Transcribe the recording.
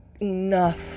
enough